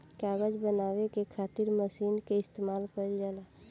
कागज बनावे के खातिर मशीन के इस्तमाल कईल जाला